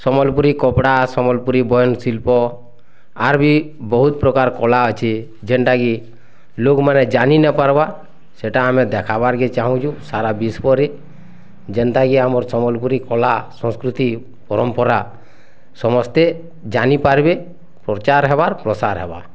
ସମ୍ୱଲପୁରୀ କପଡ଼ା ସମ୍ୱଲପୁରୀ ବୟନ ଶିଲ୍ପ ଆର୍ ବି ବହୁତ ପ୍ରକାର କଳା ଅଛି ଯେନ୍ତାକି ଲୋକମାନେ ଜାନି ନାଇଁ ପାର୍ବା ସେଟା ଆମେ ଦେଖାବାରକେ ଚାହୁଁଛୁ ସାରା ବିଶ୍ୱରେ ଯେନ୍ତାକି ଆମର ସମ୍ବଲପୁରୀ କଳା ସଂସ୍କୃତି ପରମ୍ପରା ସମସ୍ତେ ଜାନିପାରିବେ ପ୍ରଚାର୍ ହେବା ପ୍ରସାର ହେବା